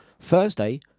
Thursday